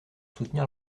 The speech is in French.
soutenir